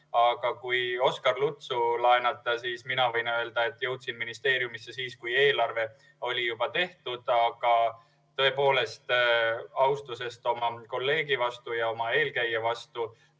aga kui Oskar Lutsu sõnu laenata, siis mina võin öelda, et jõudsin ministeeriumisse siis, kui eelarve oli juba tehtud. Aga tõepoolest, austusest oma kolleegi ja oma eelkäija vastu